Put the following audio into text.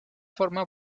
forma